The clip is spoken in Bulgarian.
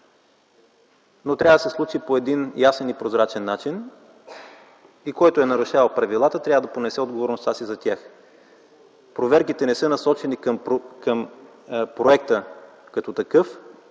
но трябва да се случи по ясен и прозрачен начин и който е нарушавал правилата, трябва да понесе отговорността си за това. Проверките не са насочени към проекта като такъв,